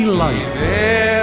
life